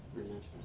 very nice eh